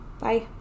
Bye